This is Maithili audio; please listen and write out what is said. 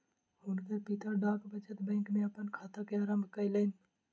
हुनकर पिता डाक बचत बैंक में अपन खाता के आरम्भ कयलैन